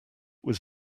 was